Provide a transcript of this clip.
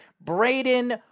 Braden